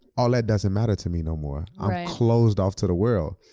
all that doesn't matter to me no more. i'm closed off to the world.